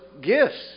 gifts